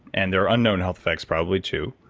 and there are unknown health effects probably too.